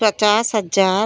पचास हज़ार